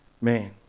Man